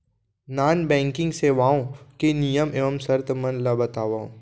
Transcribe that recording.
non banking सेवाओं के नियम एवं शर्त मन ला बतावव